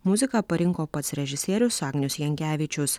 muziką parinko pats režisierius agnius jankevičius